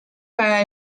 para